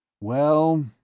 Well